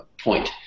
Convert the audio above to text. point